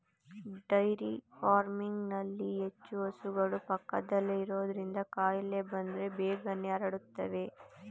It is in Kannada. ಡೈರಿ ಫಾರ್ಮಿಂಗ್ನಲ್ಲಿ ಹೆಚ್ಚು ಹಸುಗಳು ಪಕ್ಕದಲ್ಲೇ ಇರೋದ್ರಿಂದ ಕಾಯಿಲೆ ಬಂದ್ರೆ ಬೇಗನೆ ಹರಡುತ್ತವೆ